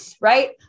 right